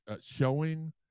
showing